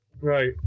Right